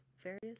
various